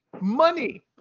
money